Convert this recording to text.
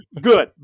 Good